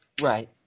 Right